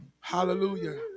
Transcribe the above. Hallelujah